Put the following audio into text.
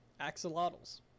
Axolotls